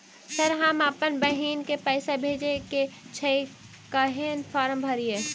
Sir हम अप्पन बहिन केँ पैसा भेजय केँ छै कहैन फार्म भरीय?